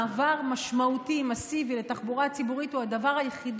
מעבר משמעותי מסיבי לתחבורה הציבורית הוא הדבר היחיד